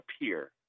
appear